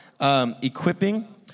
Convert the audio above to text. Equipping